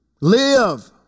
live